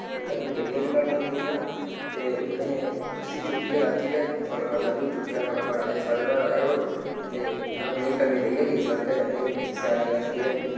तैलु गड्डियां बी घट्ट होंदियां हियां ते उ'नें उस्सी चुक्कियै राती गै फटाफट तैलु चुक्केआ फटाफट आए साढ़े घर आए ओह् ते उ'नें कन्नै लेइयै गै साढ़े घरै आह्ले उत्थै स्याने कच्छ गे